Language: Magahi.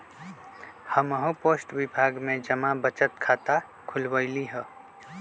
हम्हू पोस्ट विभाग में जमा बचत खता खुलवइली ह